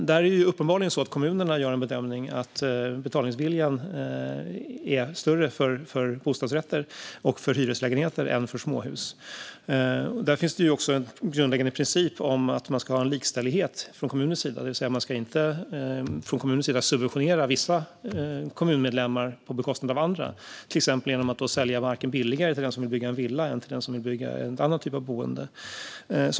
Kommunerna gör uppenbarligen bedömningen att betalningsviljan är större när det gäller bostadsrätter och hyreslägenheter än när det gäller småhus. Det finns också en grundläggande princip om att man ska ha en likställighet från kommunens sida. Man ska alltså inte från kommunens sida subventionera vissa kommunmedlemmar på bekostnad av andra, till exempel genom att sälja marken billigare till den som vill bygga en villa än till den som vill bygga en annan typ av boende.